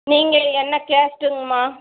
நீங்கள் என்ன கேஸ்ட்டுங்கம்மா